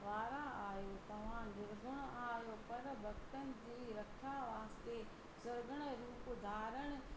वारा आहियो तव्हां निरगुण आहियो पर भक्तनि जी रख्या वास्ते सुरगुण रूप धारण